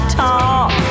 talk